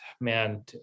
man